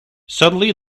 suddenly